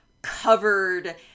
covered